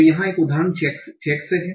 तो यहाँ एक उदाहरण चेक से है